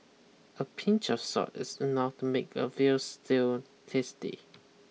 a pinch of salt is enough to make a veal stew tasty